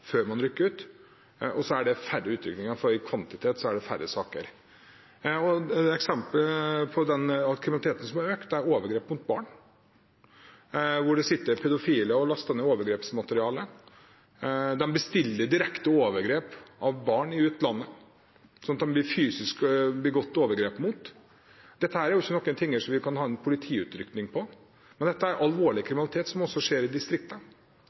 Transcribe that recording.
før man rykker ut. Og så er det færre utrykninger, for i kvantitet er det færre saker. Et eksempel på den kriminaliteten som har økt, er overgrep mot barn. Det sitter pedofile og laster ned overgrepsmateriale, og de bestiller direkteoverførte overgrep av barn i utlandet. Det blir altså begått fysiske overgrep mot barna. Dette er jo ikke noe vi kan ha en politiutrykning på, men det er alvorlig kriminalitet, som også skjer i